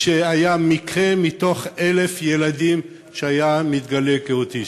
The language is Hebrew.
כשאחד מתוך 1,000 ילדים היה מתגלה כאוטיסט.